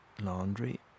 laundry